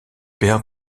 père